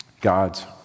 God's